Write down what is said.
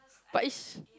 but is